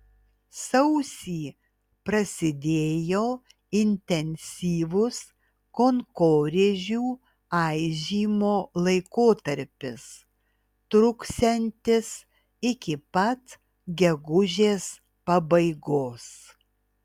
sausį prasidėjo intensyvus kankorėžių aižymo laikotarpis truksiantis iki pat gegužės pabaigos